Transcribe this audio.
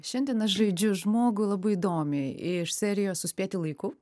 šiandien aš žaidžiu žmogų labai įdomiai iš serijos suspėti laiku